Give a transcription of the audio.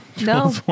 No